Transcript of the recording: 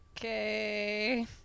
okay